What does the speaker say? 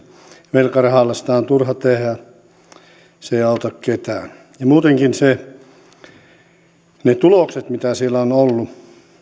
velkarahalla sitä on turha tehdä se ei auta ketään muutenkin ne tulokset mitä siellä on on ollut minä olen